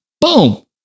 Boom